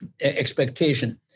expectation